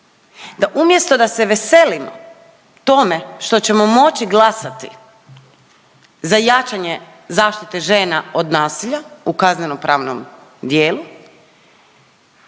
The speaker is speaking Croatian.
da umjesto da se veselimo tome što ćemo moći glasati za jačanje zaštite žena od nasilja u kazneno pravnom dijelu,